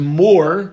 more